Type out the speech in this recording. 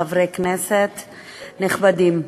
חברי כנסת נכבדים,